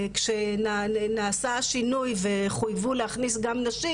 כשנעשה שינוי וחוייבו להכניס גם נשים,